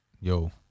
yo